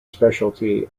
specialty